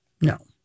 no